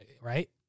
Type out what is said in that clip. right